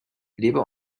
leber